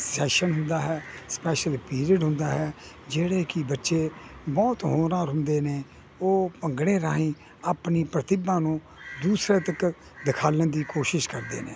session ਹੁੰਦਾ ਹੈ special period ਹੁੰਦਾ ਹੈ ਜਿਹੜੇ ਕਿ ਬੱਚੇ ਬਹੁਤ ਹੋਣਹਾਰ ਹੁੰਦੇ ਨੇ ਉਹ ਭੰਗੜੇ ਰਾਹੀਂ ਆਪਣੀ ਪ੍ਰਤਿਭਾ ਨੂੰ ਦੂਸਰੇ ਤੱਕ ਦਿਖਾਲਣ ਦੀ ਕੋਸ਼ਿਸ਼ ਕਰਦੇ ਨੇ